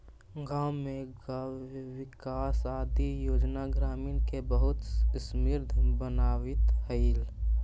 गाँव में गव्यविकास आदि योजना ग्रामीण के बहुत समृद्ध बनावित हइ